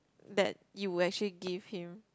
that you actually give him